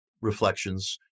reflections